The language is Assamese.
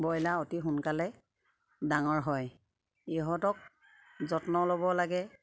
ব্ৰইলাৰ অতি সোনকালে ডাঙৰ হয় ইহঁতক যত্ন ল'ব লাগে